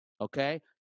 okay